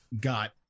got